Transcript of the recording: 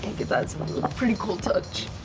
that's a pretty cool touch.